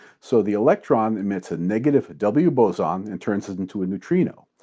so, the electron emits a negative w boson and turns into a neutrino.